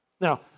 Now